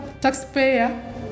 taxpayer